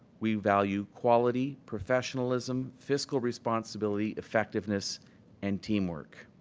we value quality, professionalism, fiscal responsibility, effectiveness and teamwork.